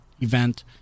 event